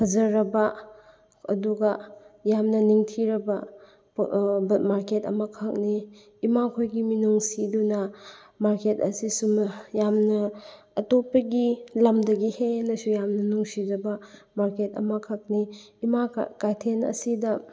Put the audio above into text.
ꯐꯖꯔꯕ ꯑꯗꯨꯒ ꯌꯥꯝꯅ ꯅꯤꯡꯊꯤꯔꯕ ꯃꯥꯔꯀꯦꯠ ꯑꯃꯈꯛꯅꯤ ꯏꯃꯥꯈꯣꯏꯒꯤ ꯃꯤꯅꯨꯡꯁꯤꯗꯨꯅ ꯃꯥꯔꯀꯦꯠ ꯑꯁꯤꯁꯨ ꯌꯥꯝꯅ ꯑꯇꯣꯞꯄꯒꯤ ꯂꯝꯗꯒꯤ ꯍꯦꯟꯅꯁꯨ ꯌꯥꯝꯅ ꯅꯨꯡꯁꯤꯖꯕ ꯃꯥꯔꯀꯦꯠ ꯑꯃꯈꯛꯅꯤ ꯏꯃꯥ ꯀꯩꯊꯦꯜ ꯑꯁꯤꯗ